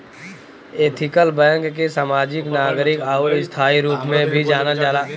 ethical bank के समाजिक, नागरिक आउर स्थायी रूप में भी जानल जाला